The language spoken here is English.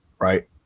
right